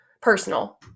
personal